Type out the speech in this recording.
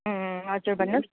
हजुर भन्नुहोस्